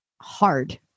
hard